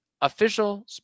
official